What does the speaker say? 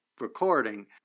recording